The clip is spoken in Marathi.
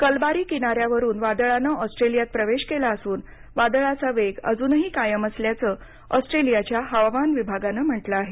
कलबारी किनाऱ्यावरून वादळानं ऑस्ट्रेलियात प्रवेश केला असून वादळाचा वेग अजूनही कायम असल्याचं ऑस्ट्रेलियाच्या हवामान विभागानं म्हटलं आहे